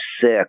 sick